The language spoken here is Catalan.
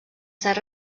ser